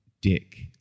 dick